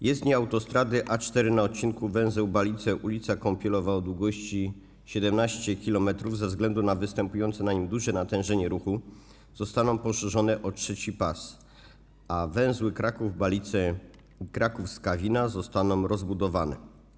Jezdnie autostrady A4 na odcinku węzeł Balice - ul. Kąpielowa o długości 17 km ze względu na występujące na nim duże natężenie ruchu zostaną poszerzone o trzeci pas, a węzły Kraków Balice i Kraków Skawina zostaną rozbudowane.